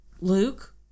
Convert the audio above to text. Luke